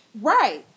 Right